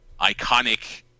iconic